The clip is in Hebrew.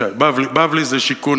בבלי זה שיכון,